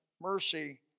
mercy